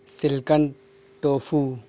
silicon tofu